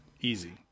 easy